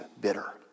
bitter